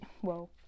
Whoa